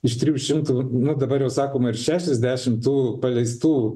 iš trijų šimtų nu dabar jau sakoma ir šešiasdešim tų paleistų